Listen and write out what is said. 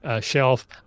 shelf